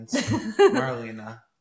Marlena